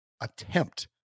attempt